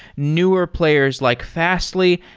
newer players like fastly.